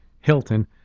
Hilton